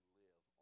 live